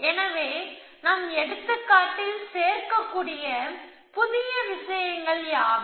எனவே நம் எடுத்துக்காட்டில் சேர்க்கக்கூடிய புதிய விஷயங்கள் யாவை